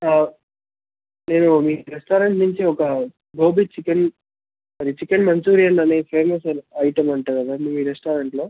నేను మీ రెస్టారెంట్ నుంచి ఒక గోబీ చికెన్ అది చికెన్ మంచూరియన్ అనే ఫేమస్ అయిన ఐటమ్ అంట కదా మీ రెస్టారెంట్లో